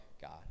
God